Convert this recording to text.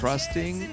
Trusting